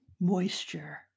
moisture